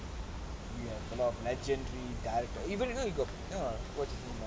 you have a lot of legendary director even you know you you watch this